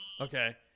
Okay